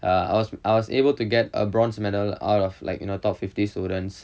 err I was I was able to get a bronze medal out of like you know top fifty students